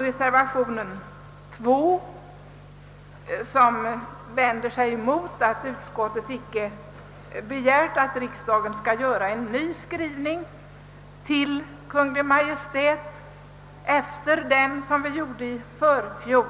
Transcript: Reservation 2 vänder sig emot att utskottet inte har begärt att riksdagen skall göra en ny skrivelse till Kungl. Maj:t efter den som vi gjorde i förfjol.